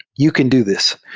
you can do this,